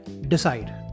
Decide